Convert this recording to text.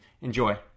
Enjoy